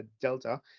Delta